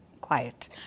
quiet